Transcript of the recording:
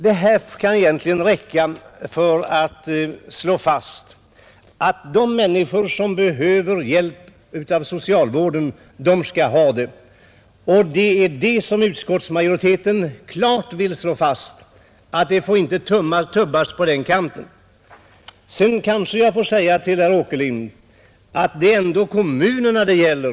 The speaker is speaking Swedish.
Det här kan egentligen räcka för att slå fast att de människor som behöver hjälp av socialvården skall ha hjälp, och utskottsmajoriteten vill klart säga ifrån att det inte får tubbas i det avseendet. Sedan får jag kanske säga till herr Åkerlind att det ändå är kommunerna det gäller.